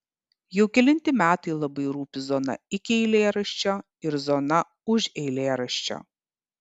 jau kelinti metai labai rūpi zona iki eilėraščio ir zona už eilėraščio